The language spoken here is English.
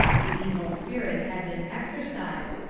the evil spirit had been exorcised,